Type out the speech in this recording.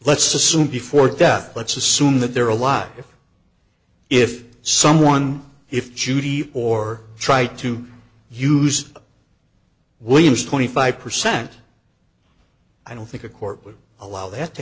let's assume before death let's assume that there are a lot of if someone if judy or try to use william's twenty five percent i don't think a court would allow t